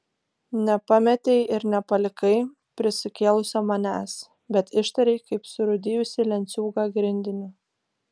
nepametei ir nepalikai prisikėlusio manęs bet ištarei kaip surūdijusį lenciūgą grindiniu